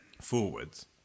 forwards